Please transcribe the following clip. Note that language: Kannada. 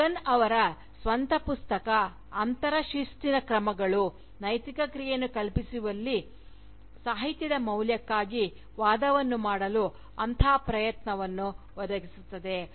ಹಗ್ಗನ್ ಅವರ ಸ್ವಂತ ಪುಸ್ತಕ ಅಂತರಶಿಸ್ತಿನ ಕ್ರಮಗಳು ನೈತಿಕ ಕ್ರಿಯೆಯನ್ನು ಕಲ್ಪಿಸುವಲ್ಲಿ ಸಾಹಿತ್ಯದ ಮೌಲ್ಯಕ್ಕಾಗಿ ವಾದವನ್ನು ಮಾಡಲು ಅಂತಹ ಪ್ರಯತ್ನವನ್ನು ಒದಗಿಸುತ್ತದೆ